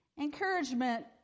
Encouragement